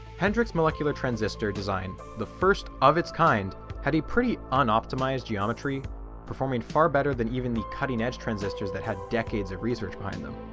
hendrik's molecular transistor design the first of its kind had a pretty unoptimized geometry performing far better than even the cutting edge transistors that had decades of research behind them.